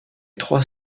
trois